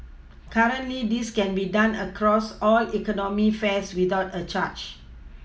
currently this can be done across all economy fares without a charge